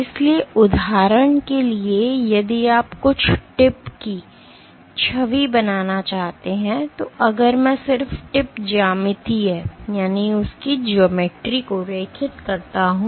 इसलिए उदाहरण के लिए यदि आप कुछ टिप की छवि बनाना चाहते हैं तो अगर मैं सिर्फ टिप ज्यामितीय को रेखित करता हूं